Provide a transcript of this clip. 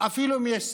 אפילו אם יש סגר.